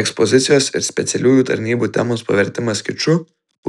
ekspozicijos ir specialiųjų tarnybų temos pavertimas kiču